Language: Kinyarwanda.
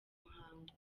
muhango